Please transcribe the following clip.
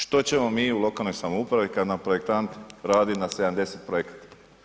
Što ćemo mi u lokalnoj samoupravi kad nam projektant radi na 70 projekata?